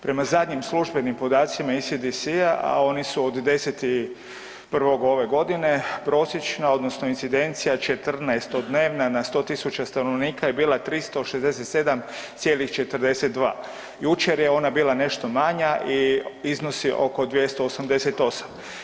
Prema zadnjim službenim podacima ECDC, a oni su od 10.1. ove godine prosječna odnosno incidencija 14-to dnevna na 100.000 stanovnika je bila 367,42 jučer je ona bila nešto manja i iznosi oko 288.